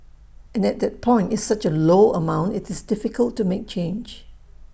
and at that point it's such A low amount IT is difficult to make change